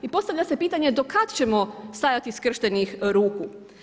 I postavlja se pitanje do kada ćemo stajati skrštenih ruku?